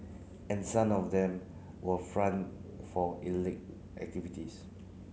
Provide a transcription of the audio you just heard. and some of them were front for illicit activities